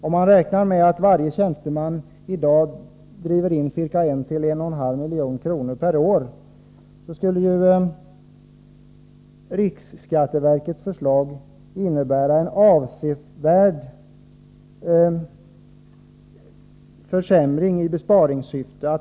Om man räknar med att varje tjänsteman i dag driver in ca 1-1,5 milj.kr. per år, skulle ju riksskatteverkets förslag innebära en avsevärd försämring av besparingssyftet.